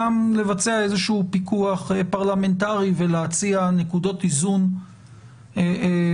גם לבצע איזשהו פיקוח פרלמנטרי ולהציע נקודות איזון שאנחנו,